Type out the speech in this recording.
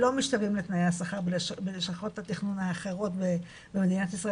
שלא משתווים לתנאי השכר בלשכות התכנון האחרות במדינת ישראל.